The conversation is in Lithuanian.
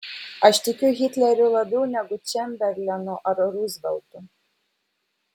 aš tikiu hitleriu labiau negu čemberlenu ar ruzveltu